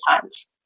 times